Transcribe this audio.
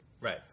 Right